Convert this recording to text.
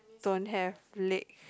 don't have leg